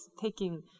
taking